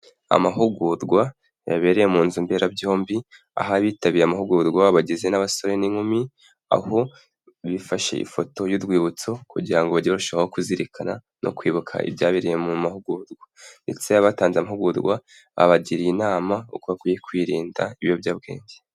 Amahugurwa, yabereye mu nzu mberabyombi, aho bitabiriye amahugurwa bagizwe n'abasore n'inkumi, aho bifashe ifoto y'urwibutso kugira ngo barusheho kuzirikana no kwibuka ibyabereye mu mahugurwa, ndetse abatanze amahugurwa babagiriye inama y'uko bakwiye kwirinda ibiyobyabwenge.